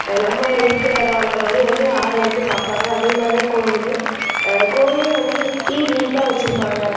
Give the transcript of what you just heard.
நம்ம இருக்கிற இடம் அந்தமாதிரி வந்து ஆறை வந்து பார்ப்பாங்க அதேமாதிரி தான் கோவிலும் கோவிலையும் வந்து சுற்றி நீட்டாக வச்சுருப்பாங்க